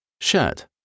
Shirt